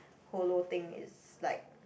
hollow thing is like